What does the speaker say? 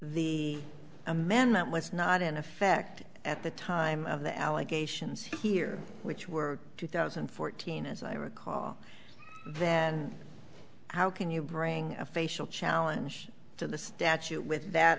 the amendment was not in effect at the time of the allegations here which were two thousand and fourteen as i recall there how can you bring a facial challenge to the statute with that